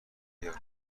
بیار